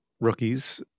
rookies